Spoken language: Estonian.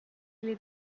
oli